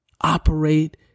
operate